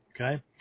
Okay